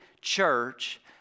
church